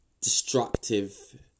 destructive